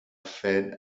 fed